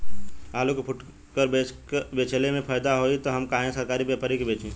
आलू के फूटकर बेंचले मे फैदा होई त हम काहे सरकारी व्यपरी के बेंचि?